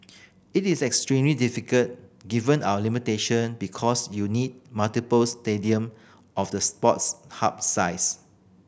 it is extremely difficult given our limitation because you need multiple stadium of the Sports Hub size